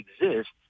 exists